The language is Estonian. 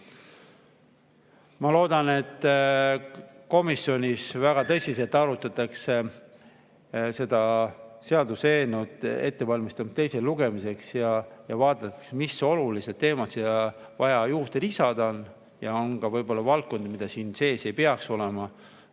Ma loodan, et komisjonis väga tõsiselt arutatakse seda seaduseelnõu ettevalmistamisel teiseks lugemiseks ja vaadatakse, mis olulised teemad sinna vaja juurde lisada on. Ja võib-olla on ka valdkondi, mida siin sees ei peaks olema.